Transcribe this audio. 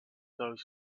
those